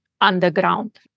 underground